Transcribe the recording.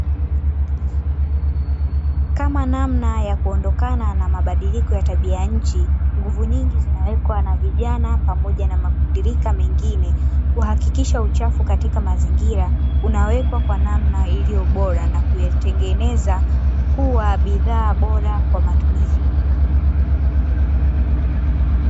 Kama namna ya kuondokana na mabadiliko ya tabia nchi, nguvu nyingi zinawekwa na vijana pamoja na makundirika mengine ili kuhakikisha uchafu katika mazingira unawekwa kwa namna iliyo bora na kuyatengeneza kuwa bidhaa bora kwa matumizi mengine.